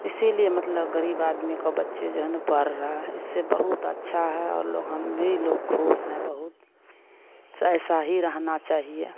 इसीलिए मतलब ग़रीब आदमी काे बच्चे जो है ना पढ़ रहा है इससे बहुत अच्छा है और हम भी लोग ख़ुश हैं बहुत ऐसा ही रहना चाहिए